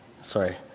Sorry